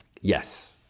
Yes